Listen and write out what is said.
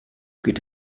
geht